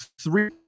three